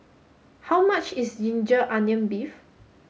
how much is ginger onions beef